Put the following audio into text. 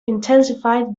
intensified